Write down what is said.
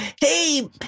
hey